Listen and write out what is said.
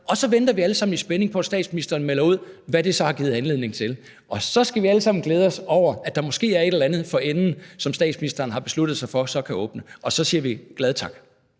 og så venter vi alle sammen i spænding på, at statsministeren melder ud, hvad det så har givet anledning til. Og så skal vi alle sammen glæde os over, at der måske er et eller andet for enden af forløbet, som statsministeren så har besluttet sig for kan åbne, og så siger vi glade: tak.